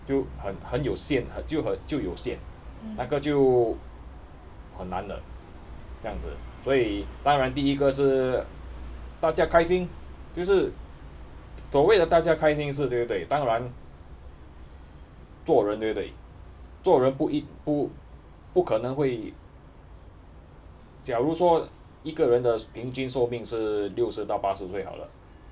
就很很有限就很就有限那个就很难的酱子所以当然第一个是大家开心就是所谓的大家开心是对不对当然做人对不对做人不一不不可能会假如说一个人的平均寿命是六十到八十岁好了